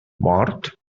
mort